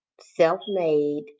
self-made